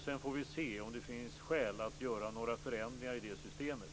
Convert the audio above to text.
Sedan får vi se om det finns skäl att göra några förändringar i det systemet.